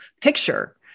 picture